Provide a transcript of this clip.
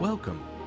Welcome